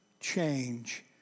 Change